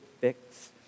fix